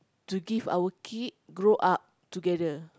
to give our kid grow up together